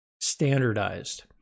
standardized